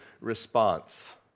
Response